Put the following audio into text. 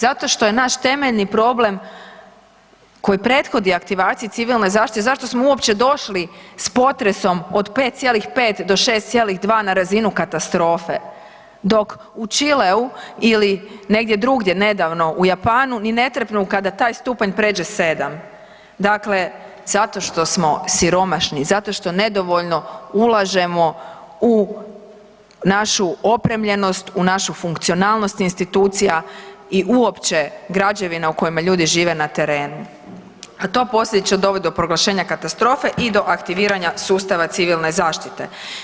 Zato što je naš temeljni problem koji prethodni aktivaciji civilne zaštite zašto smo uopće došli s potresom od 5,5 do 6,2 na razinu katastrofe dok u Čileu ili negdje drugdje nedavno u Japanu ni ne trepnu kada taj stupanj pređe 7, dakle zato što smo siromašni, zato što nedovoljno ulažemo u našu opremljenost, u našu funkcionalnost institucija i uopće građevinama u kojima ljudi žive na terenu, a to posljedično dovodi do proglašenja katastrofe i do aktiviranja sustava civilne zašite.